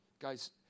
Guys